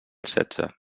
setze